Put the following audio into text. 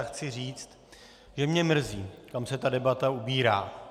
Chci říct, že mě mrzí, kam se debata ubírá.